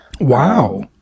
Wow